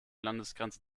landesgrenze